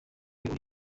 uriho